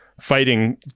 fighting